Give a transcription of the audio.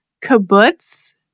kibbutz